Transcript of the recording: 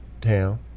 town